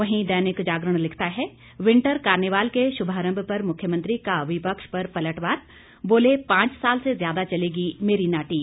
वहीं दैनिक जागरण लिखता है विंटर कार्निवाल के शुभारंभ पर मुख्यमंत्री का विपक्ष पर पलटवार बोले पांच साल से ज्यादा चलेगी मेरी नाटी